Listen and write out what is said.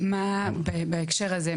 בהקשר הזה,